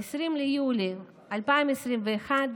ב-20 ביולי 2021,